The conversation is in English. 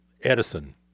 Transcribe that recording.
Edison